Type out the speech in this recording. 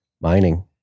Mining